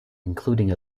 including